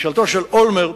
ממשלת אולמרט